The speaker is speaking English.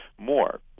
more